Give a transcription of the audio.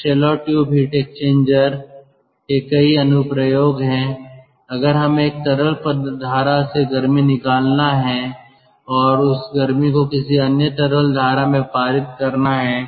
तो शेल और tube heat exchanger के कई अनुप्रयोग हैं अगर हमें एक तरल धारा से गर्मी निकालना है और उस गर्मी को किसी अन्य तरल धारा में पारित करना है